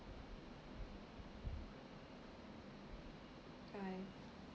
bye